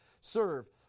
serve